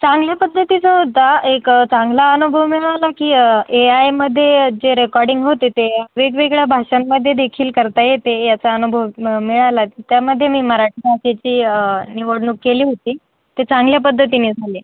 चांगल्या पद्धतीचा होता एक चांगला अनुभव मिळाला की एआयमध्ये जे रेकॉर्डिंग होते ते वेगवेगळ्या भाषांमध्येदेखील करता येते याचा अनुभव म मिळाला त्यामध्ये मी मराठी भाषेची निवडणूक केली होती ते चांगल्या पद्धतीने झाले